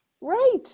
Right